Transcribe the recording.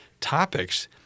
topics